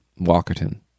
Walkerton